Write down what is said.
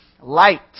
light